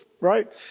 right